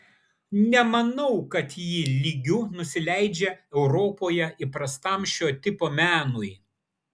nemanau kad ji lygiu nusileidžia europoje įprastam šio tipo menui